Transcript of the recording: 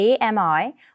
AMI